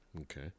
Okay